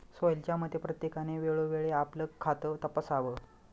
सोहेलच्या मते, प्रत्येकाने वेळोवेळी आपलं खातं तपासावं